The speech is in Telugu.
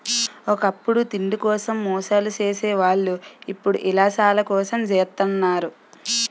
ఒకప్పుడు తిండి కోసం మోసాలు సేసే వాళ్ళు ఇప్పుడు యిలాసాల కోసం జెత్తన్నారు